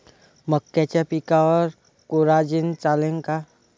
मक्याच्या पिकावर कोराजेन चालन का?